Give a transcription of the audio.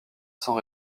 sans